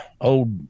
old